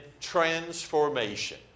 transformation